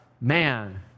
Man